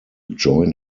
join